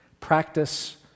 Practice